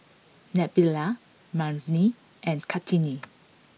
Nabila Murni and Kartini